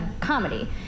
comedy